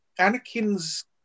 Anakin's